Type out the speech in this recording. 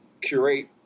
curate